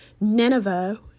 Nineveh